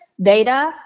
data